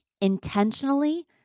Intentionally